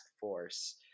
Force